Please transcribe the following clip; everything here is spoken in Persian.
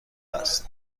است